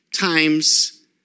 times